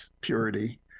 purity